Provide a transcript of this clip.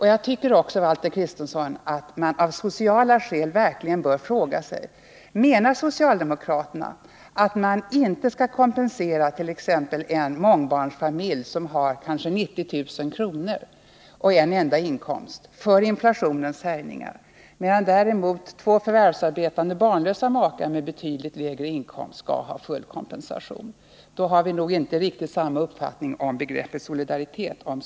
Jag tycker också, Valter Kristenson, att man bör beakta sociala skäl. Menar socialdemokraterna verkligen att man inte skall kompensera t.ex. en mångbarnsfamilj med en enda inkomst på kanske 90 000 kr. för inflationens härjningar, medan man däremot skall ge full kompensation åt två förvärvsarbetande barnlösa makar med betydligt lägre inkomst? Om så är fallet har vi inte riktigt samma uppfattning om begreppet solidaritet.